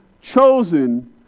chosen